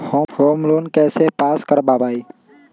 Home loan कैसे pass कर बाबई?